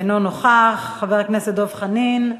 אינו נוכח, חבר הכנסת דב חנין,